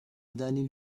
دلیل